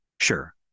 Sure